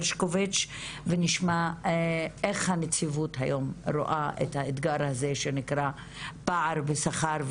הרשקוביץ ונשמע איך הנציבות היום רואה את האתגר הזה שנקרא פער בשכר,